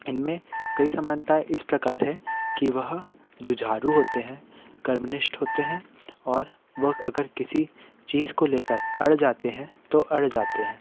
इनमे कई समानताएं इस प्रकार है कि वह जुझारू होते हैं कर्मनिष्ठ होते हैं और वह अगर किसी चीज को लेकर अड़ जाते हैं तो अड़ जाते हैं